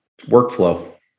Workflow